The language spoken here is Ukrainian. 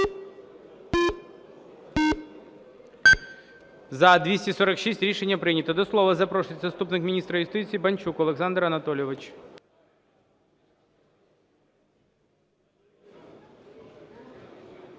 За-246 Рішення прийнято. До слова запрошується заступник міністра юстиції Банчук Олександр Анатолійович.